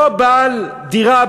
אותו בעל דירה,